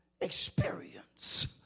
experience